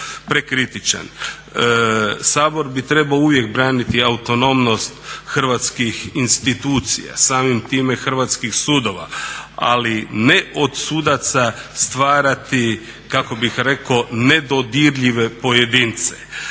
prekritičan. Sabor bi trebao uvijek braniti autonomnost hrvatskih institucija, samim time hrvatskih sudova, ali ne od sudaca stvarati kako bih rekao nedodirljive pojedince.